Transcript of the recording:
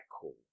cool